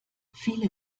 viele